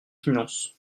finances